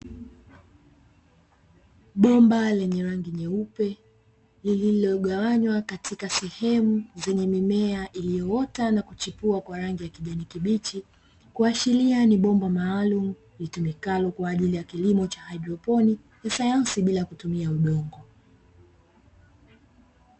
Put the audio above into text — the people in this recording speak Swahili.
Bomba lenye rangi nyeupe lililogawanywa katika sehemu zenye mimea iliyoota na kuchipua kwa rangi ya kijani kibichi, kuashiria ni bomba maalumu litumikalo kwa kilimo cha haidroponi cha sayansi bila kutumia udongo.